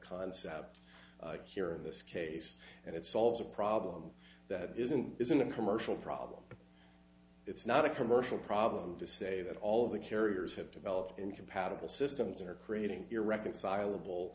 concept here in this case and it solves a problem that isn't isn't a commercial problem it's not a commercial problem to say that all of the carriers have developed and compatible systems are creating irreconcilable